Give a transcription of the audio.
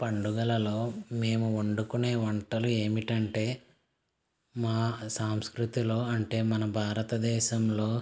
పండుగలలో మేము వండుకునే వంటలు ఏమిటంటే మా సాంస్కృతిలో అంటే మన భారతదేశంలో